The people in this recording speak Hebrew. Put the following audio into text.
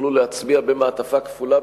שיוכלו להצביע במעטפה כפולה,